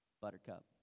buttercup